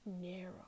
narrow